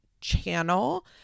channel